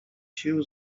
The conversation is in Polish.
sił